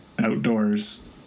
Outdoors